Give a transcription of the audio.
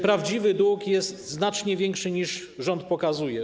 Prawdziwy dług jest znacznie większy niż rząd pokazuje.